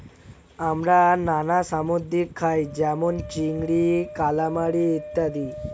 আমরা নানা সামুদ্রিক খাই যেমন চিংড়ি, কালামারী ইত্যাদি